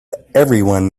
everyone